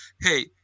hey